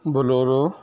bolero